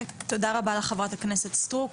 תודה רבה לך חה"כ אורית סטרוק.